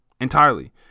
entirely